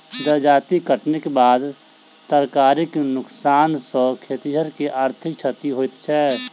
जजाति कटनीक बाद तरकारीक नोकसान सॅ खेतिहर के आर्थिक क्षति होइत छै